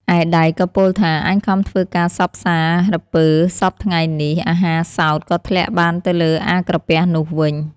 ឯដៃក៏ពោល ថា "អញខំធ្វើការសព្វសារពើសព្វថ្ងៃនេះ អាហារសោត ក៏ធ្លាក់បានទៅលើអា ក្រពះនោះវិញ។